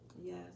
Yes